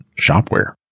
shopware